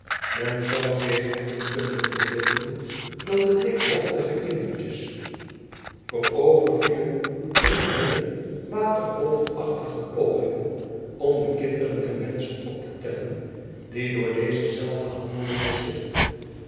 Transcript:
men zou zich hebben kunnen verbeelden dat de dikhoofdige kindertjes voorovervielen in hunne waterhoofdachtige pogingen om de kinderen der menschen op te tellen die door deze